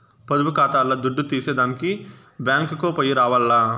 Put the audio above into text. పొదుపు కాతాల్ల దుడ్డు తీసేదానికి బ్యేంకుకో పొయ్యి రావాల్ల